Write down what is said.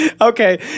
Okay